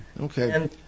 Okay